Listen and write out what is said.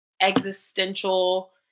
existential